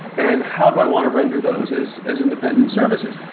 and how do i want to render those as as independent services?